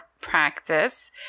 practice